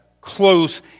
close